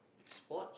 sport